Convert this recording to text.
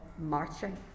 marching